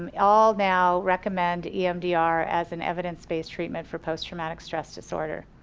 um all now recommend emdr as an evidence-based treatment for post traumatic stress disorder.